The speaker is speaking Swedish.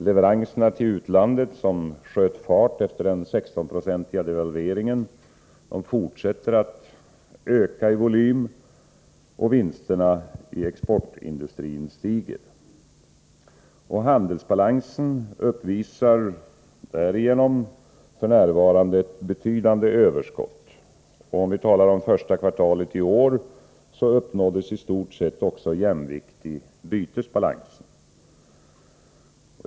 Leveranserna till utlandet, som sköt fart efter den 16-procentiga devalveringen, fortsätter att öka i volym. Vinsterna i exportindustrin stiger. Handelsbalansen uppvisar därmed f.n. betydande överskott. Första kvartalet i år uppnåddes i stort sett också jämvikt i bytesbalansen.